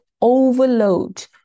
overload